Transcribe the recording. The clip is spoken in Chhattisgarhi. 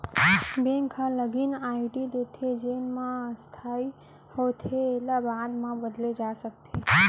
बेंक ह लागिन आईडी देथे जेन ह अस्थाई होथे एला बाद म बदले जा सकत हे